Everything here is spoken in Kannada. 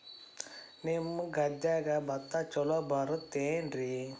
ನಿಮ್ಮ ಗದ್ಯಾಗ ಭತ್ತ ಛಲೋ ಬರ್ತೇತೇನ್ರಿ?